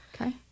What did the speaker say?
okay